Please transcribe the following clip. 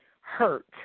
hurt